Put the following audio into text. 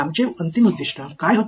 आमचे अंतिम उद्दीष्ट काय होते